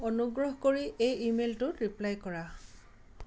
অনুগ্ৰহ কৰি এই ইমেইলটোত ৰিপ্লাই কৰা